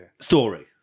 story